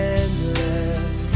endless